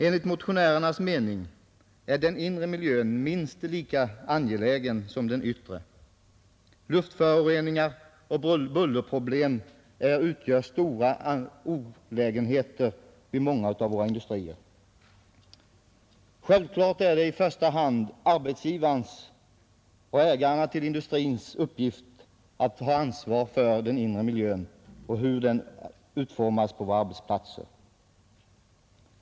Enligt motionärernas mening är den inre miljön minst lika angelägen som den yttre. Luftföroreningar och bullerproblem utgör stora olägenheter vid många av våra industrier. Självklart är det i första hand arbetsgivarens och ägarens till industrin uppgift att ha ansvar för den inre miljön och för hur den utformas på våra arbetsplatser.